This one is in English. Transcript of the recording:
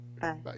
Bye